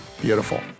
Beautiful